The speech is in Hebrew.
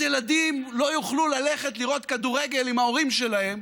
אז ילדים לא יוכלו ללכת לראות כדורגל עם ההורים שלהם,